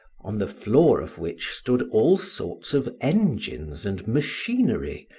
on the floor of which stood all sorts of engines and machinery,